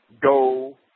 go